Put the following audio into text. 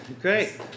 Great